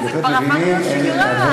זה כבר הפך להיות שגרה.